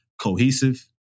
cohesive